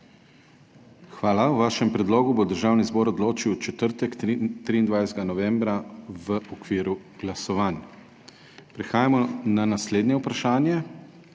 Hvala. O vašem predlogu bo Državni zbor odločil v četrtek, 23. novembra, v okviru glasovanj. Prehajamo na naslednje vprašanje,